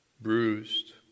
bruised